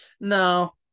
No